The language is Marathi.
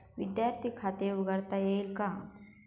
विद्यार्थी खाते उघडता येईल का?